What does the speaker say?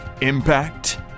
impact